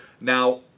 Now